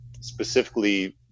specifically